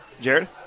Jared